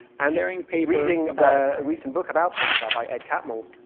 and reading a recent book about pixar by ed catmull,